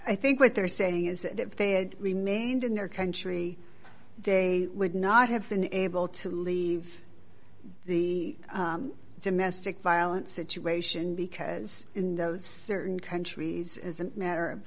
i think what they're saying is that if they had remained in their country they would not have been able to leave the domestic violence situation because in those certain countries as a matter of